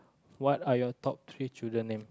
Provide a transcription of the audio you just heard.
what are your top three children name